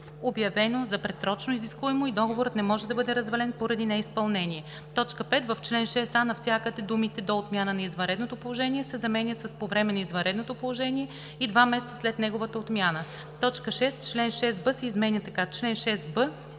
обявено за предсрочно изискуемо и договорът не може да бъде развален поради неизпълнение.“ 5. В чл. 6а навсякъде думите „До отмяната на извънредното положение“ се заменят с „По време на извънредното положение и два месеца след неговата отмяна.“. 6. Член 6б се изменя така: „Чл. 6б.